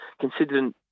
considering